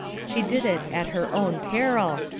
she did it at her own peril,